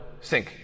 sink